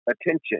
attention